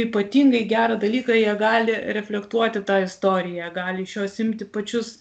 ypatingai gerą dalyką jie gali reflektuoti tą istoriją gali iš jos imti pačius